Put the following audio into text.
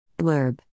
Blurb